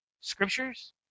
Scriptures